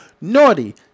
Naughty